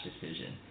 decision